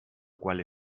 cual